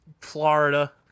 Florida